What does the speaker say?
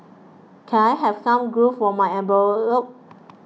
can I have some glue for my envelopes